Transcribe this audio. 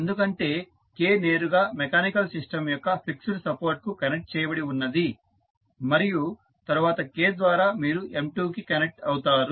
ఎందుకంటే K నేరుగా mechanical system యొక్క ఫిక్స్డ్ సపోర్ట్ కు కనెక్ట్ చేయబడి ఉన్నది మరియు తరువాత K ద్వారా మీరు M2 కి కనెక్ట్ అవుతారు